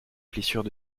plissures